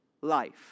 life